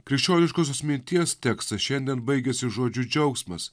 krikščioniškosios minties tekstas šiandien baigiasi žodžiu džiaugsmas